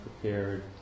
prepared